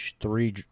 three